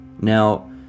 Now